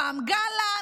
פעם גלנט,